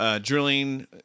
drilling